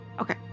Okay